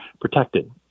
protected